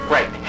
Right